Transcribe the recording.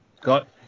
got